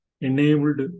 enabled